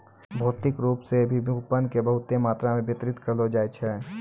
भौतिक रूप से भी कूपन के बहुते मात्रा मे वितरित करलो जाय छै